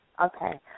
Okay